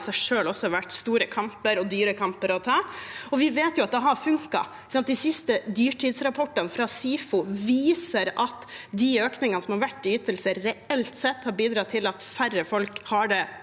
selv har vært store og dyre kamper å ta. Vi vet jo at det har funket. De siste dyrtidsrapportene fra SIFO viser at de økningene som har vært i ytelser, reelt sett har bidratt til at færre folk har det